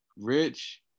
Rich